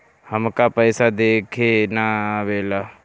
हमका पइसा देखे ना आवेला?